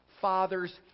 father's